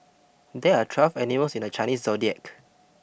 there are twelve animals in the Chinese zodiac